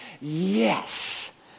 Yes